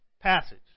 passage